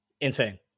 Insane